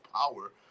power